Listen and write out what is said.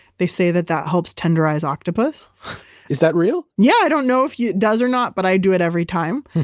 they say that that helps tenderize octopus is that real? yeah, i don't know if yeah it does or not, but i do it every time.